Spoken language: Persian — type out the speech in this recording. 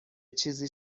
چیزی